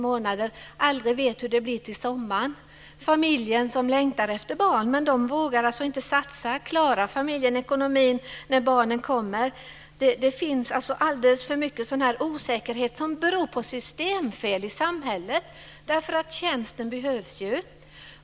Hon vet aldrig hur det blir till sommaren. Familjen längtar efter barn men vågar inte satsa. Klarar familjen ekonomin när barnet kommer? Det finns alldeles för mycket osäkerhet som beror på systemfel i samhället. Tjänsten behövs ju!